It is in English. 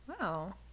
Wow